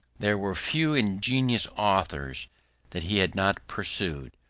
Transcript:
there were few ingenious authors that he had not perused,